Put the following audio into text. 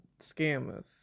scammers